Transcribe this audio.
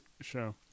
show